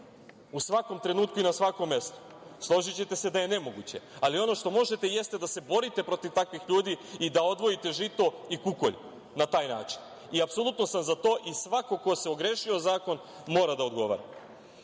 u svakom trenutku i na svakom mestu? Složićete se da je nemoguće. Ali, ono što možete, jeste da se borite protiv takvih ljudi i da odvojite žito i kukolj na taj način. Apsolutno sam za to i svako ko se ogrešio o zakon mora da odgovara. Što